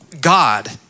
God